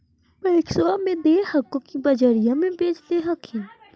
पैक्सबा मे दे हको की बजरिये मे बेच दे हखिन?